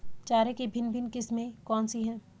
चारे की भिन्न भिन्न किस्में कौन सी हैं?